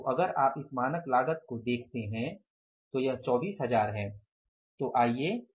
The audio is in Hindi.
तो अगर आप इस मानक लागत को देखते हैं तो यह 24000 है